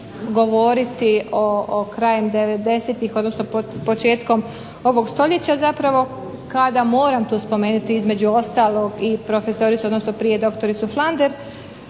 govoriti krajem '90.-tih odnosno početkom ovog stoljeća zapravo kada, moram to spomenuti, između ostalog i profesoricu, odnosno prije doktoricu Flander,